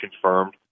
confirmed